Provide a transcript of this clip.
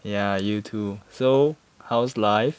ya you too so how's life